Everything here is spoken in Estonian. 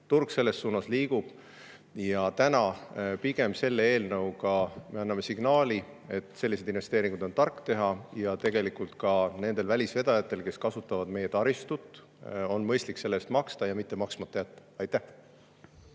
Turg selles suunas liigub. Selle eelnõuga me pigem anname signaali, et selliseid investeeringuid on tark teha ja nendel välisvedajatel, kes kasutavad meie taristut, on mõistlik selle eest maksta ja mitte maksmata jätta. Aitäh!